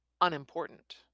Unimportant